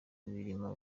birimo